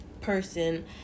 person